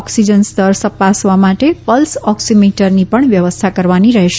oxygen સ્તર તપાસવા માટે પલ્સ ઓક્સીમીટરની પણ વ્યવસ્થા કરવાની રહેશે